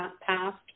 passed